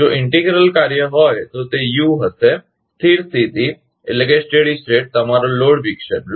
જો ઇન્ટિગ્રલ કાર્ય હોય તો તે યુ હશે સ્થિર સ્થિતિ તમારો લોડ વિક્ષેપ હશે